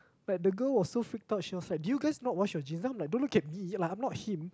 like the girl was so freaked out she was like do you guys not wash your jeans then I'm like don't look at me like I'm not him